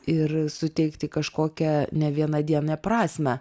ir suteikti kažkokią nevienadienę prasmę